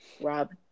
rob